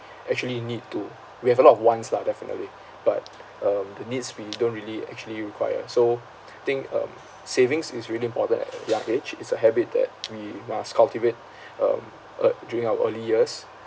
actually need to we have a lot of wants lah definitely but um the needs we don't really actually require so I think um savings is really important at a young age it's a habit that we must cultivate um uh during our early years